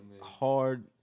hard